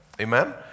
amen